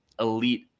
elite